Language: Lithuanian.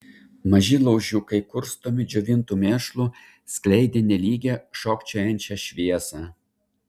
maži laužiukai kurstomi džiovintu mėšlu skleidė nelygią šokčiojančią šviesą